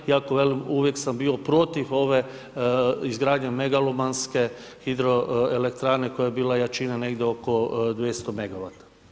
Iako velim, uvijek sam bio protiv ove izgradnje megalomanske hidroelektrane koja je bila jačine negdje oko 200 megawata.